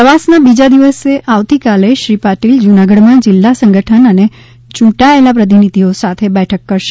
પ્રવાસના બીજા દિવસે આવતીકાલે શ્રી પાટિલ જૂનાગઢમાં જિલ્લા સંગઠન અને યૂંટાયેલા પ્રતિનિધિઓ સાથે બેઠક કરનાર છે